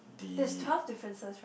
there's twelve differences right